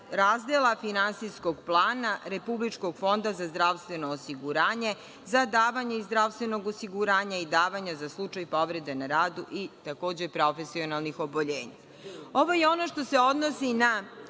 razdela Finansijskog plana Republičkog fonda za zdravstveno osiguranje za davanje iz zdravstvenog osiguranja i davanje za slučaj povrede na radu i profesionalnih oboljenja. Ovo je ono što se odnosi na